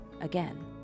again